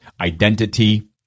Identity